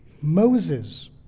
Moses